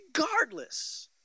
regardless